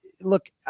look